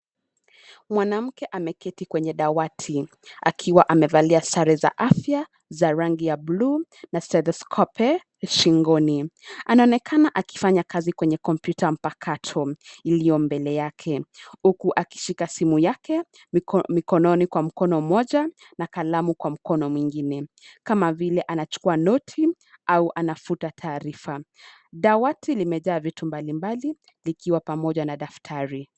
Mwanamke ameketi kwenye dawati akiwa amevalia sare za afya za rangi ya bluu na stethoscope shingoni. Anaonekana akifanya kazi kwenye kompyuta mpakato iliyo mbele yake huku akishika simu yake mikononi kwa mkono mmoja na kalamu kwa mkono mwingine kama vile anachukua note au anafuta taarifa. Dawati limejaa vitu mbalimbali vikiwa pamoja na daftari.